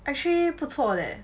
actually 不错 leh